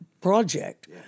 project